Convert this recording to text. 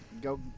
go